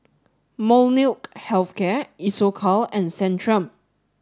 Molnylcke health care Isocal and Centrum